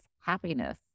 happiness